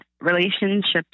relationships